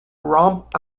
rump